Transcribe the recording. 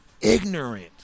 ignorant